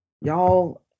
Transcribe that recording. Y'all